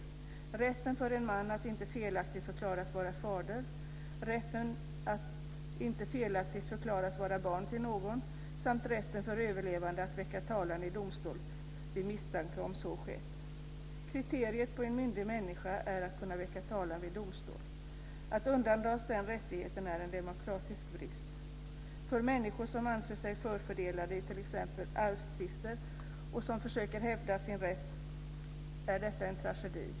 Det handlar om rätten för en man att inte felaktigt förklaras vara fader, rätten att inte felaktigt förklaras vara barn till någon samt rätten för efterlevande att väcka talan i domstol vid misstanke om att så skett. Kriteriet på en myndig människa är att kunna väcka talan i domstol. Att undandra den rättigheten är en demokratisk brist. För människor som anser sig förfördelade i t.ex. arvstvister och som försöker hävda sin rätt är detta en tragedi.